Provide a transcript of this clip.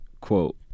quote